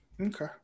Okay